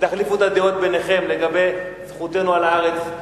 ותחליפו את הדעות ביניכם לגבי זכותנו על הארץ,